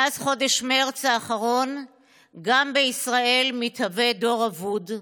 מאז חודש מרץ האחרון גם בישראל מתהווה דור אבוד,